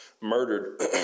murdered